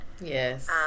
Yes